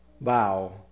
bow